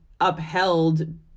upheld